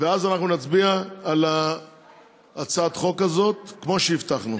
ואז נצביע על הצעת החוק הזאת כמו שהבטחנו.